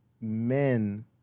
men